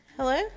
Hello